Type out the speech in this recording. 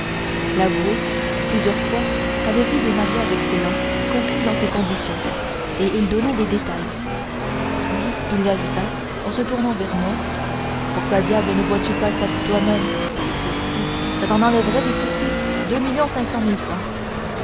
l'avoué plusieurs fois avait vu des mariages excellents conclus dans ces conditions et il donna des détails puis il ajouta en se tournant vers moi pourquoi diable ne vois-tu pas ça pour toi-même cristi ça t'en enlèverait des soucis